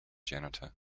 janitor